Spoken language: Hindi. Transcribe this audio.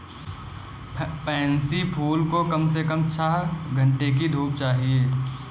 पैन्सी फूल को कम से कम छह घण्टे की धूप चाहिए